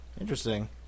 Interesting